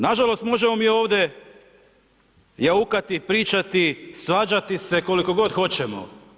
Na žalost možemo mi ovdje jaukati, pričati, svađati se koliko god hoćemo.